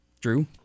Drew